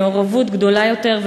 מעורבות גדולה יותר,